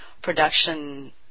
production